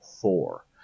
four